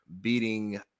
beating